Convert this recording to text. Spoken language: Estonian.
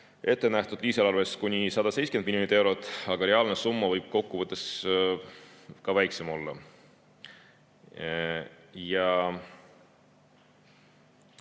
ette nähtud lisaeelarves kuni 170 miljonit eurot, aga reaalne summa võib kokkuvõttes väiksem olla.